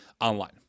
online